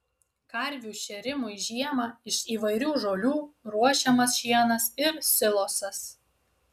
karvių šėrimui žiemą iš įvairių žolių ruošiamas šienas ir silosas